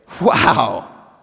wow